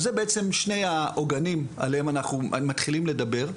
אז זה בעצם שני העוגנים עליהם אנחנו מתחילים לדבר,